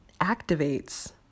activates